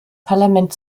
parlament